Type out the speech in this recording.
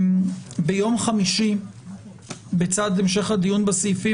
ביום חמישי בצד המשך הדיון בסעיפים